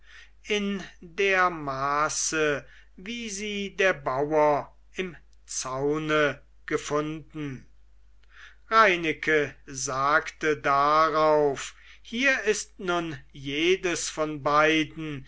in der maße wie sie der bauer im zaune gefunden reineke sagte darauf hier ist nun jedes von beiden